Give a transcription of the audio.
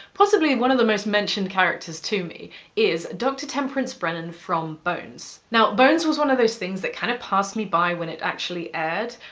possibly and one of the most mentioned characters to me is dr. temperance brennan from bones. now bones was one of those things that kind of passed me by when it actually aired,